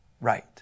right